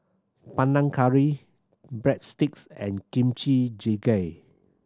Panang Curry Breadsticks and Kimchi Jjigae